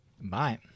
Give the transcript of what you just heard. Bye